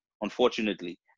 unfortunately